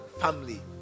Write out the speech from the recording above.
family